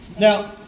Now